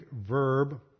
verb